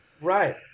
Right